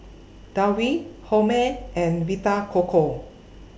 Downy Hormel and Vita Coco